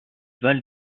val